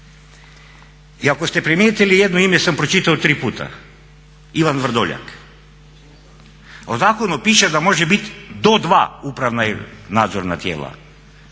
I ako ste primijetili jedno ime sam pročitao tri puta Ivan Vrdoljak. A u zakonu piše da može biti do dva puta upravna i nadzorna tijela,